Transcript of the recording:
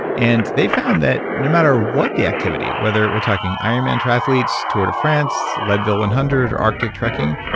and they found that no matter what the activity, whether we're talking ironman, triathletes, tour de france, leadville one hundred, arctic trekking,